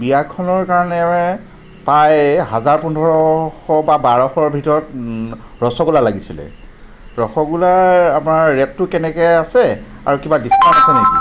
বিয়াখনৰ কাৰণে প্ৰায় হাজাৰ পোন্ধৰশ বা বাৰশৰ ভিতৰত ৰসগোল্লা লাগিছিলে ৰসগোল্লাৰ আমাৰ ৰেটটো কেনেকৈ আছে আৰু কিবা ডিস্কাউণ্ট আছে নেকি